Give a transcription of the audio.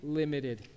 limited